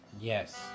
Yes